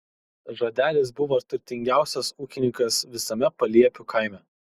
žodelis buvo turtingiausias ūkininkas visame paliepių kaime